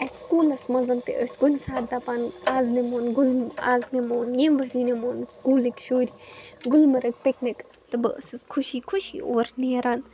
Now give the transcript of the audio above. اَسہِ سکوٗلس منٛزن تہِ ٲسۍ کُنہِ ساتہٕ دَپان آز نِمو گُل آز نِمو برٛوںٹھ نٕو سکوٗلٕکۍ شُرۍ گُلمگ پِکنِک تہٕ بہٕ ٲسٕس خوشی خوشی اور نیران